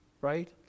right